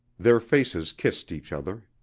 their faces kissed each other.